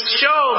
show